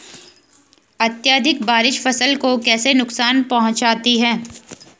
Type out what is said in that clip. अत्यधिक बारिश फसल को कैसे नुकसान पहुंचाती है?